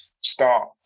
start